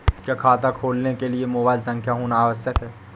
क्या खाता खोलने के लिए मोबाइल संख्या होना आवश्यक है?